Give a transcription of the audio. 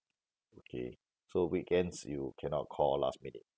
okay so weekends you cannot call last minute